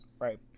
Right